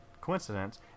coincidence